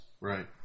Right